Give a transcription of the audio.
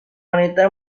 wanita